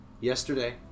Yesterday